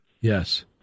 Yes